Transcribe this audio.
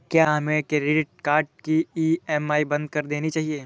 क्या हमें credit card की ई.एम.आई बंद कर देनी चाहिए?